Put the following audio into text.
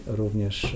również